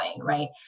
right